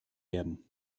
werden